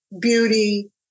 beauty